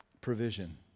Provision